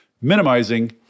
minimizing